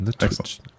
excellent